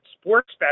sports